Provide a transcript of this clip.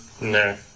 no